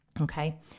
Okay